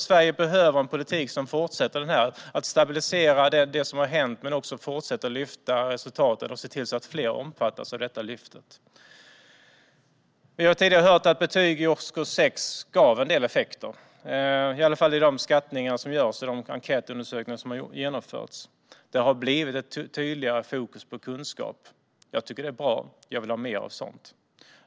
Sverige behöver en politik som stabiliserar det som har hänt men också fortsätter lyfta resultaten och ser till att fler omfattas av detta lyft. Vi har tidigare hört att betyg i årskurs 6 har gett en del effekter, i alla fall i de skattningar som nu görs och de enkätundersökningar som har genomförts. Det har lett till tydligare fokus på kunskap. Jag tycker att det är bra. Jag vill ha mer sådant.